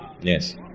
yes